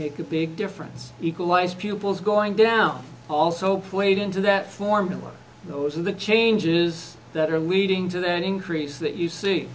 make a big difference equalize pupils going down also played into that formula those are the changes that are leading to an increase that you see